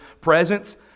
presence